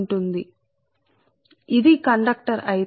అంటే ఇక్కడ వ్రాయబడినది మేము కండక్టర్ యొక్క కేంద్రం లోపలికి వెళ్ళేటప్పుడు